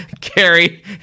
Carrie